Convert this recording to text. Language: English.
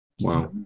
Wow